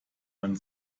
man